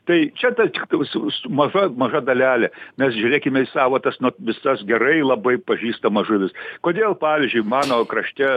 tai čia ta pil su su maža maža dalelė mes žiūrėkime į savo tas nu viskas gerai labai pažįstamas žuvis kodėl pavyzdžiui mano krašte